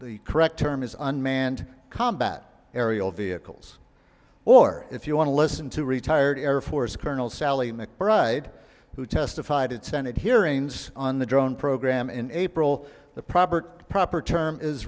the correct term is unmanned combat aerial vehicles or if you want to listen to retired air force colonel sally mcbride who testified at senate hearings on the drone program in april the probert proper term is